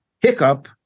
hiccup